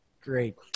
Great